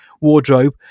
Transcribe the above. wardrobe